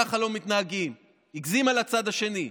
ככה לא מתנהגים, הגזימה לצד השני.